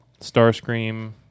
Starscream